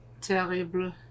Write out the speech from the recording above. Terrible